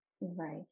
Right